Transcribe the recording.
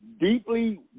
Deeply